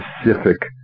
specific